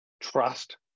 trust